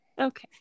Okay